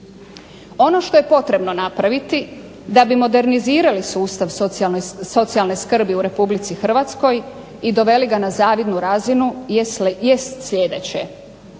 Ono što je potrebno napraviti da bi modernizirali sustav socijalne skrbi u Republici Hrvatskoj i doveli ga na zavidnu razinu jest sljedeće.